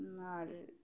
আর